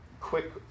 quick